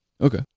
okay